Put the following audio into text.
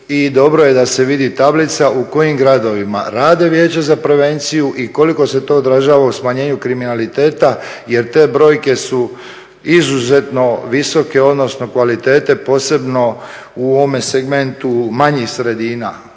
dobro je da se vidi tablica u kojim gradovima rade vijeća za prevenciju i koliko se to odražava u smanjenju kriminaliteta jer te brojke su izuzetno visoke odnosno kvalitete posebno u ovome segmentu manjih sredina,